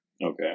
Okay